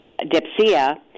Dipsia